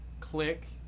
Click